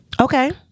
Okay